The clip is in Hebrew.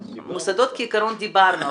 על מוסדות כעיקרון דיברנו,